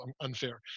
unfair